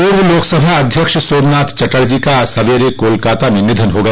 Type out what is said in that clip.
पूर्व लोकसभा अध्यक्ष सोमनाथ चटर्जी का आज सवेरे कोलकाता में निधन हो गया